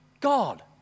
God